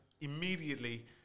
immediately